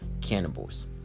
cannibals